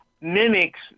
mimics